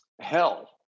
hell